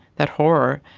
that horror,